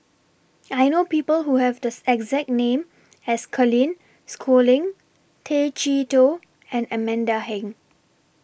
I know People Who Have The exact name as Colin Schooling Tay Chee Toh and Amanda Heng